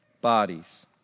bodies